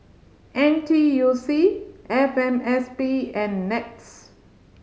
N T U C F M S P and NETS